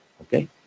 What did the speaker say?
Okay